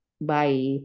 bye